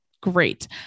Great